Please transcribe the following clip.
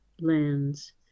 lands